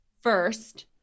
first